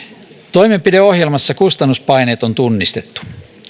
toimenpideohjelmassa kustannuspaineet on tunnistettu